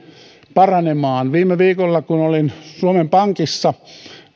paranemaan viime viikolla kun olin suomen pankissa